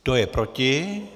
Kdo je proti?